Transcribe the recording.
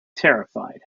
terrified